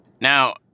Now